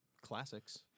classics